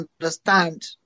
understand